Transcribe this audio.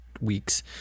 weeks